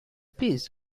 piece